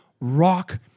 rock